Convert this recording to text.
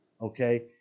Okay